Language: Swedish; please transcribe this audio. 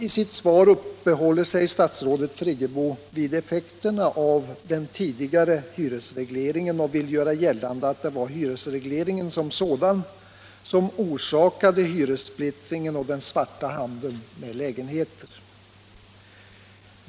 I sitt svar uppehåller sig statsrådet Friggebo vid effekterna av den tidigare hyresregleringen och vill göra gällande att det var hyresregleringen som sådan som orsakade hyressplittringen och den svarta handeln med lägenheter.